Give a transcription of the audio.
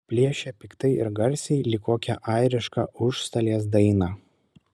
plėšė piktai ir garsiai lyg kokią airišką užstalės dainą